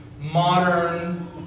modern